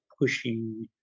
pushing